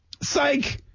Psych